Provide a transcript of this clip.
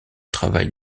travail